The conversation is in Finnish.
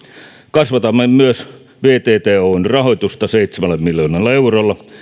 kasvatamme myös vtt oyn rahoitusta seitsemällä miljoonalla eurolla